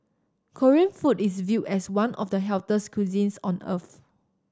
Korean food is viewed as one of the healthiest cuisines on earth